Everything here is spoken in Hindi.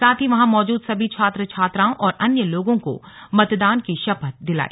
साथ ही वहां मौजूद सभी छात्र छात्राओं और अन्य लोगों को मतदान की शपथ दिलाई